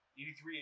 83